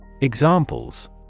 examples